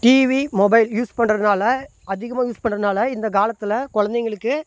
TV mobile use பண்றதுனால் அதிகமாக use பண்றதுனால் இந்த காலத்தில் குழந்தைங்களுக்கு